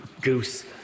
goose